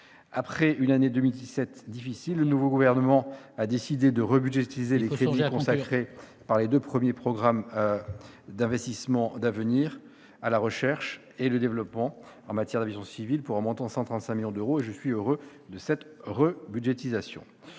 Après une année 2017 difficile, le nouveau gouvernement a décidé de rebudgétiser les crédits consacrés par les deux premiers programmes d'investissement d'avenir à la recherche et développement en matière aéronautique civile pour un montant de 135 millions d'euros de crédits de paiement, ce qui me satisfait.